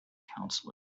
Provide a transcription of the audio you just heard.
counselor